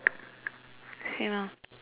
same lah